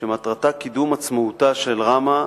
ומטרתה קידום עצמאותה של רמ"ה,